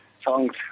songs